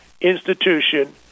institution